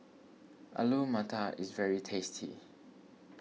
Alu Matar is very tasty